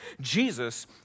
Jesus